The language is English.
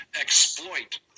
exploit